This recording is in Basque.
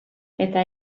eta